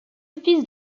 fils